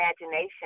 imagination